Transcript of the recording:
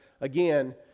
again